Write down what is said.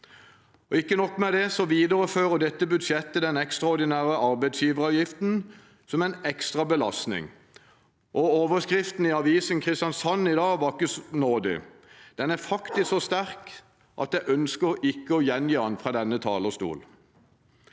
Ikke nok med det: Dette budsjettet viderefører den ekstraordinære arbeidsgiveravgiften som en ekstra belastning. Overskriften i Avisen Kristiansand i dag var ikke nådig, den var faktisk så sterk at jeg ikke ønsker å gjengi den fra denne talerstolen.